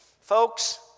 folks